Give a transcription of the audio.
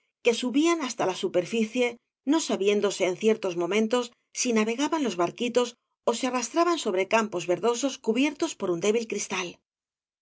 que subian hasta la superficie no sabiéndose en ciertos momentos si navegaban los barquitos ó se arrastraban sobre campos verdosos cubiertos por un débil cristal